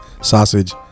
sausage